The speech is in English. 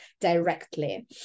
directly